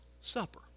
supper